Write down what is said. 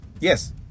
yes